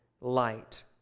light